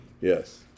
Yes